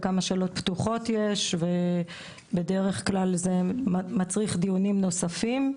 כמה שאלות פתוחות יש ובדרך כלל זה מצריך דיונים נוספים.